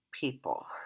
people